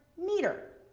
meter?